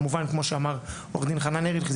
כמובן כמו שאמר עו"ד חנן ארליך,